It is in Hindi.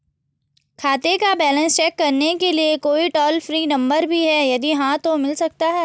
खाते का बैलेंस चेक करने के लिए कोई टॉल फ्री नम्बर भी है यदि हाँ तो मिल सकता है?